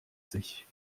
sich